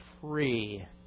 free